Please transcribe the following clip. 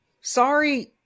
Sorry